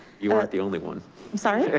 you weren't the only one. i'm sorry.